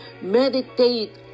Meditate